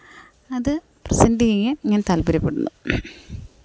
അത് പ്രസന്റ് ചെയ്യാന് ഞാന് താല്പര്യപ്പെടുന്നു